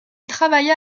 travailla